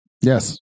Yes